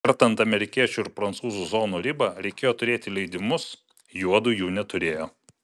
kertant amerikiečių ir prancūzų zonų ribą reikėjo turėti leidimus juodu jų neturėjo